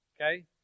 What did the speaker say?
okay